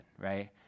right